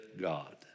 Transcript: God